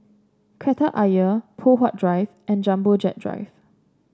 Kreta Ayer Poh Huat Drive and Jumbo Jet Drive